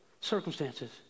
circumstances